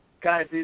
Guys